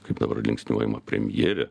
kaip dabar linksniuojama premjerė